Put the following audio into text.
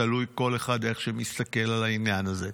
תלוי איך שכל אחד מסתכל על העניין הזה.